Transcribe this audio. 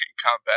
combat